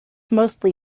mostly